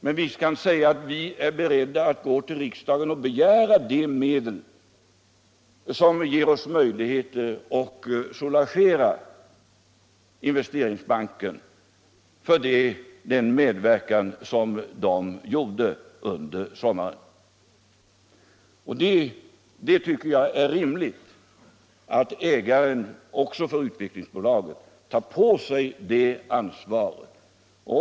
Men vi kan säga att vi är beredda att gå till riksdagen och begära medel som ger oss möjlighet att soulagera Investeringsbanken för dess medverkan under sommaren. Jag tycker det är rimligt att ägaren också för Svenska Utvecklingsaktiebolaget tar på sig det ansvaret.